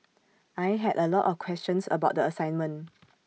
I had A lot of questions about the assignment